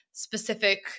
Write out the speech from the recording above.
Specific